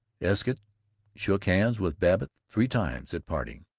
escott shook hands with babbitt three times, at parting.